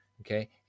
okay